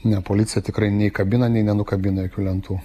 ne policija tikrai nei kabina nei nenukabina jokių lentų